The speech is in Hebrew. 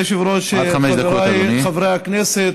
כבוד היושב-ראש, חבריי חברי הכנסת,